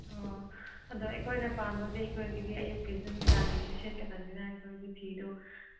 ꯑꯣ ꯑꯗꯣ ꯑꯩꯈꯣꯏꯅ ꯄꯥꯝꯕꯗꯤ ꯑꯩꯈꯣꯏꯒꯤꯗꯤ ꯑꯌꯨꯛꯀꯤꯁꯨ ꯅꯨꯡꯗꯥꯡꯒꯤꯁꯨ ꯁꯦꯠꯀꯗꯕꯅꯤꯅ ꯑꯩꯈꯣꯏꯗꯤ ꯐꯤꯗꯨ